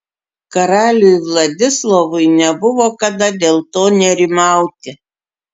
karaliui vladislovui nebuvo kada dėl to nerimauti